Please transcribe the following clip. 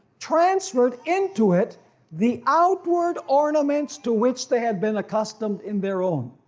transferred into it the outward ornaments to which they had been accustomed in their own.